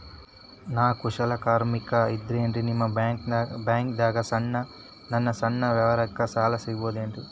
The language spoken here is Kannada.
ನಾ ಕುಶಲಕರ್ಮಿ ಇದ್ದೇನ್ರಿ ನಿಮ್ಮ ಬ್ಯಾಂಕ್ ದಾಗ ನನ್ನ ಸಣ್ಣ ವ್ಯವಹಾರಕ್ಕ ಸಾಲ ಸಿಗಬಹುದೇನ್ರಿ?